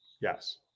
Yes